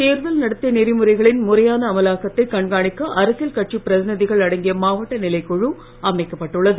தேர்தல் நடத்தை நெறிமுறைகளின் புதுவையில் முறையான அமலாக்கத்தை கண்காணிக்க அரசியல் கட்சிப் பிரதிநிதிகள் அடங்கிய மாவட்ட நிலைக்குழு அமைக்கப் பட்டுள்ளது